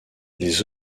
les